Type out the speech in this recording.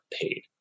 paid